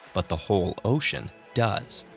but the whole ocean does.